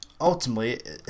ultimately